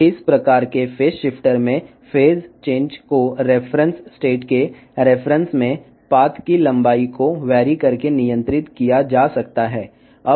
ఈ రకమైన ఫేస్ షిఫ్టర్ల లో దశ మార్పు ను రిఫరెన్స్ స్థితికి సంబంధించి మార్గం పొడవును మార్చడం ద్వారా నియంత్రించవచ్చు